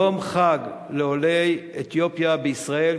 יום חג לעולי אתיופיה בישראל,